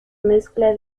mezcla